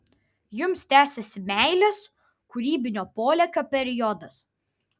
jums tęsiasi meilės kūrybinio polėkio periodas